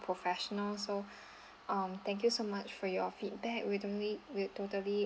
professional so um thank you so much for your feedback we totally we'll totally